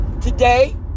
Today